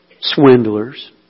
Swindlers